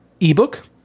ebook